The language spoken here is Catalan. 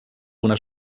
una